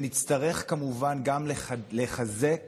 ונצטרך כמובן גם לחזק